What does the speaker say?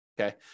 okay